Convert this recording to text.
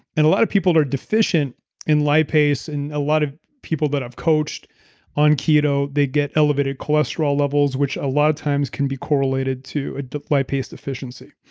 and a lot of people are deficient in lipase, and a lot of people that have coached on keto, they get elevated cholesterol levels, which a lot of times can be correlated to lipase deficiency.